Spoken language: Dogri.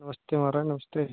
नमस्ते माराज नमस्ते